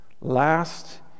last